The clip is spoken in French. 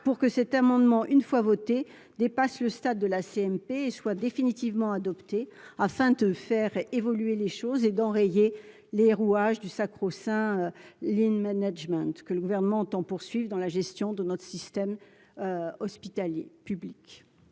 pour que cet amendement, une fois votée dépasse le stade de la CMP et soit définitivement adopté afin de faire évoluer les choses et d'enrayer les rouages du sacro-saint lean management que le gouvernement entend poursuivre dans la gestion de notre système hospitalier. Public